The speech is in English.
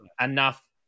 enough